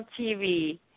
TV